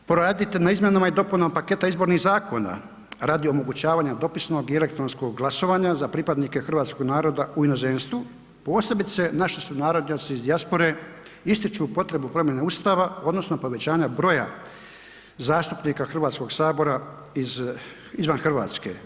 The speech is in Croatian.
Poraditi na izmjenama i dopunama paketa izbornih zakona, radi omogućavanja dopisnog i elektronskog glasovanja za pripadnike hrvatskog naroda u inozemstvu, posebice naši sunarodnjaci iz dijaspore ističu potrebu promjene Ustava odnosno povećanja broja zastupnika Hrvatskog sabora iz izvan Hrvatske.